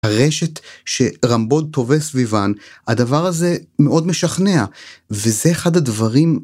הרשת שרמבו טווה סביבן, הדבר הזה מאוד משכנע, וזה אחד הדברים...